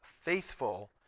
faithful